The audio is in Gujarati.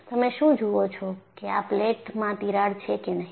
તમે શું જુઓ છો કે આ પ્લેટમાં તિરાડ છે કે નહી